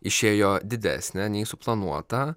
išėjo didesnė nei suplanuota